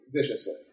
viciously